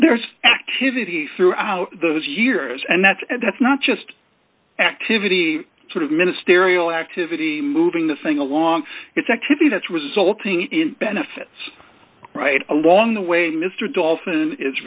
there's activity throughout those years and that's and that's not just activity sort of ministerial activity moving the thing along it's activity that's resulting in benefits right along the way mr dolphin i